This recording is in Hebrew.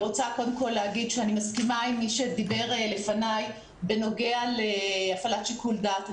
אני מסכימה עם חבר הכנסת גינזבורג בנוגע להפעלת שיקול דעת.